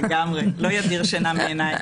זה לא ידיר שינה מעיניי.